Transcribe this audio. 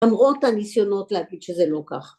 למרות הניסיונות להגיד שזה לא כך.